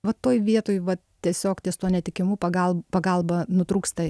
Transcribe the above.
va toj vietoj va tiesiog ties tuo netekimu pagal pagalba nutrūksta